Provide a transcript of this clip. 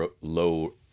low